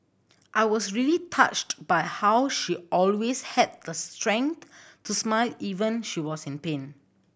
I was really touched by how she always had the strength to smile even she was in pain